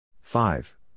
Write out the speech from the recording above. five